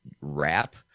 wrap